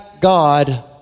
God